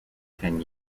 ten